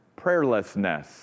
prayerlessness